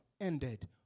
ended